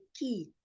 key